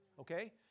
Okay